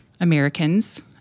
Americans